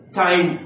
time